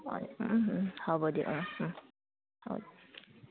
হ'ব দিয়ক অঁ